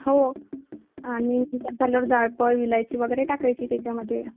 हो आणि चिकट झाल्यावर जायफळ वेलची वगैरे टाकायची त्याच्यामध्ये